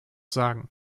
sagen